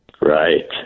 Right